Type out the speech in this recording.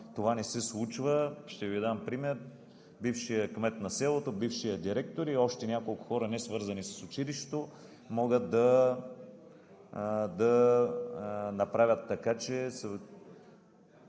това не се случва. Ще Ви дам пример: бившият кмет на селото, бившият директор и още няколко хора, несвързани с училището, могат да направят така, че